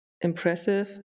impressive